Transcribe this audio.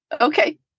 Okay